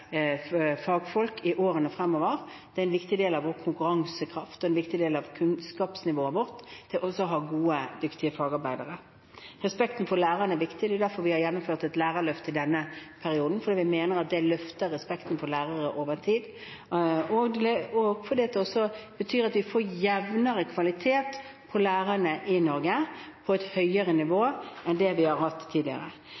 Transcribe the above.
fagfolk i årene fremover. Det er en viktig del av vår konkurransekraft og en viktig del av kunnskapsnivået vårt å ha gode, dyktige fagarbeidere. Respekten for læreren er viktig. Vi har gjennomført et lærerløft i denne perioden fordi vi mener at det løfter respekten for lærere over tid, og fordi det også det betyr at vi får jevnere kvalitet på lærerne i Norge, på et høyere